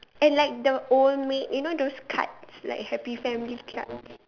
and like the old maid you know those cards like happy family cards